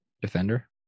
Defender